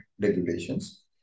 regulations